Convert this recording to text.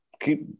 keep